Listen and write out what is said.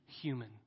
human